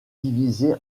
divisés